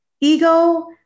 ego